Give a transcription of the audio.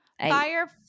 Fire